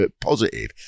positive